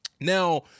Now